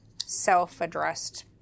self-addressed